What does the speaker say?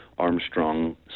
Armstrong